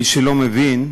מי שלא מבין,